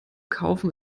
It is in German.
kaufen